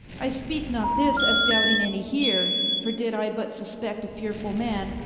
i speake not this, as doubting any here for did i but suspect a fearefull man,